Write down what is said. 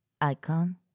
Icon